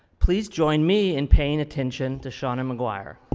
please join me in paying attention to seanan mcguire.